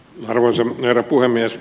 arvoisa herra puhemies